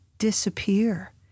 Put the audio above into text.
Disappear